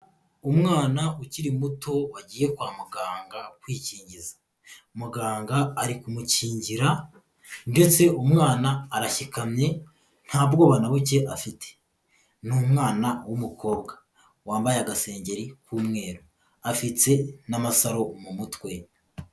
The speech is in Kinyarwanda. Umwana ukiri muto wagiye kwa muganga kwikingiza, muganga ari kumukingira ndetse umwana arashyikamye nta bwoba na buke afite, ni umwana w'umukobwa wambaye agasengengeri k'umweru, afite n'amasaro mu mutwe.